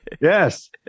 Yes